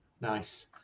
Nice